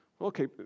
Okay